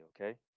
okay